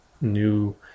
new